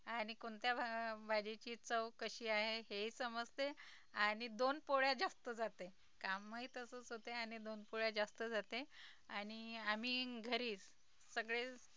आणि कोणत्या भा भाजीची चव कशी आहे हेई समजते आणि दोन पोळ्या जास्त जाते कामही तसंच होते आणि दोन पोळ्या जास्त जाते आणि आम्ही घरीच सगळे